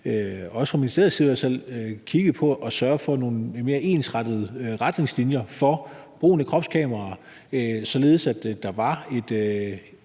man fra ministeriets side kiggede på at sørge for nogle mere ensartede retningslinjer for brugen af kropskameraer, således at der var et